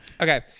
Okay